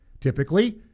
Typically